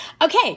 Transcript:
Okay